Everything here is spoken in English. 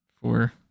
four